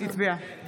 (קוראת בשמות חברי הכנסת)